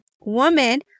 Woman